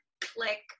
click